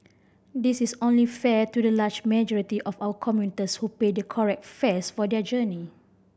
this is only fair to the large majority of our commuters who pay the correct fares for their journey